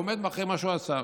והוא עומד מאחורי מה שהוא עשה.